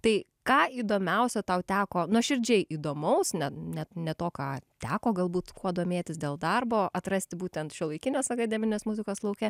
tai ką įdomiausia tau teko nuoširdžiai įdomaus net net ne to ką teko galbūt kuo domėtis dėl darbo atrasti būtent šiuolaikinės akademinės muzikos lauke